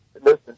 Listen